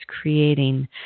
creating